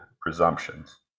presumptions